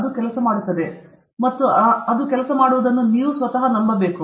ಅದು ಕೆಲಸ ಮಾಡುತ್ತದೆ ಮತ್ತು ಅದರಲ್ಲಿ ಕೆಲಸ ಮಾಡುವುದನ್ನು ನೀವು ನಂಬಬೇಕು